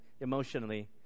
emotionally